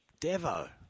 Devo